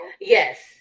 Yes